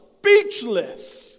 speechless